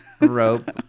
rope